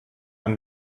ein